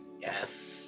Yes